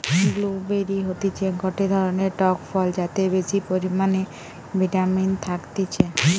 blue বেরি হতিছে গটে ধরণের টক ফল যাতে বেশি পরিমানে ভিটামিন থাকতিছে